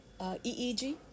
EEG